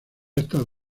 estas